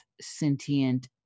sentient